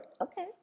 Okay